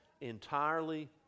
entirely